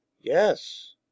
yes